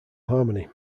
harmony